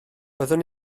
byddwn